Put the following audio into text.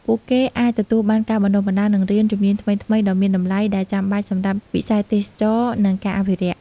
ពួកគេអាចទទួលបាន ការបណ្តុះបណ្តាល និងរៀន ជំនាញថ្មីៗដ៏មានតម្លៃ ដែលចាំបាច់សម្រាប់វិស័យទេសចរណ៍ និងការអភិរក្ស។